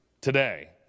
today